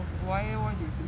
why eh why do you say so